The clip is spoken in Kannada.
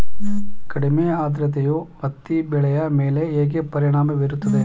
ಕಡಿಮೆ ಆದ್ರತೆಯು ಹತ್ತಿ ಬೆಳೆಯ ಮೇಲೆ ಹೇಗೆ ಪರಿಣಾಮ ಬೀರುತ್ತದೆ?